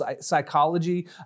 psychology